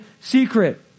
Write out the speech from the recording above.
secret